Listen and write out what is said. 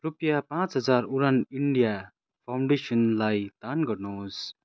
रुपियाँ पाचँ हतार उडान इन्डिया फाउन्डेसनलाई दान गर्नुहोस्